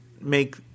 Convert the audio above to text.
make